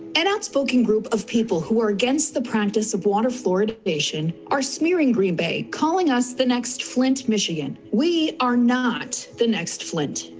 an outspoken group of people who are against the practice of water water fluoridation are smearing green bay. calling us the next flint, michigan. we are not the next flint.